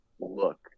look